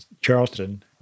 Charleston